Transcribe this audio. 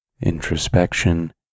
introspection